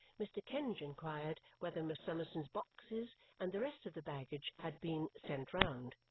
mr. kenge inquired whether miss summerson's boxes and the rest of the baggage had been sent round.